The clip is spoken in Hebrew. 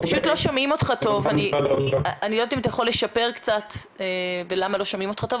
אם הוא ישפר את הקו ויהיה לו מה להוסיף.